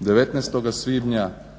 19. svibnja